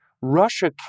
Russia